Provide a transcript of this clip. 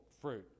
fruit